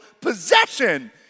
possession